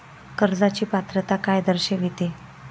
कर्जाची पात्रता काय दर्शविते?